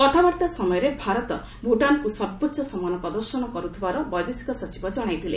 କଥାବାର୍ତ୍ତା ସମୟରେ ଭାରତ ଭୁଟାନ୍କୁ ସର୍ବୋଚ୍ଚ ସମ୍ମାନ ପ୍ରଦର୍ଶନ କରୁଥିବାର ବୈଦେଶିକ ସଚିବ ଜଣାଇଥିଲେ